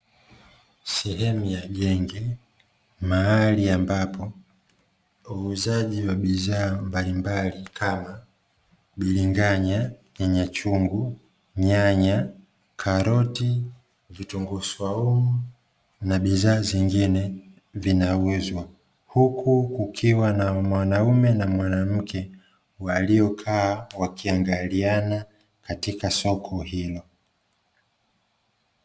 Sehemu ya genge, mahali ambapo uuzaji wa bidhaa mbalimbali kama: biringanya, nyanya chungu, nyanya, karoti, vitunguu swaumu na bidhaa zingine vinauzwa, huku kukiwa na mwanaume na mwanamke waliokaa wakiangaliana katika soko hilo.